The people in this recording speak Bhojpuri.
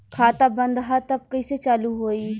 खाता बंद ह तब कईसे चालू होई?